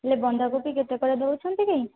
ହେଲେ ବନ୍ଧାକୋବି କେତେକରେ ଦେଉଛନ୍ତି କି